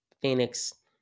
Phoenix